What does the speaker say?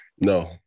No